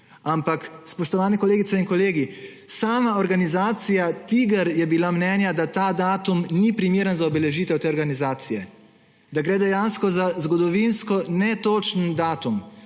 ampak, spoštovani kolegice in kolegi, sama organizacija TIGR je bila mnenja, da ta datum ni primeren za obeležitev te organizacije, da gre dejansko za zgodovinsko netočen datum,